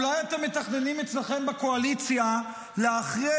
אולי אתם מתכננים אצלכם בקואליציה להכריע